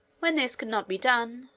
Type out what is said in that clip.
when this could not be done,